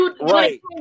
Right